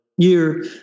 Year